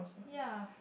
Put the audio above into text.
ya